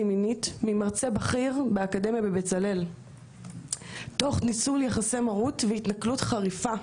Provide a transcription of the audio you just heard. מינית ממרצה בכיר באקדמיה בבצלאל תוך ניצול יחסי מרות והתנכלות חריפה.